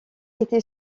été